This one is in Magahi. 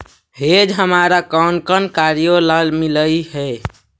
हेज हमारा कौन कौन कार्यों ला मिलई हे